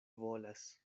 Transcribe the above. volas